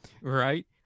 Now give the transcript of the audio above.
right